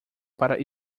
para